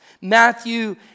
Matthew